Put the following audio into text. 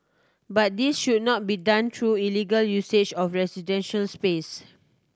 but this should not be done through illegal usage of residential space